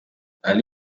ally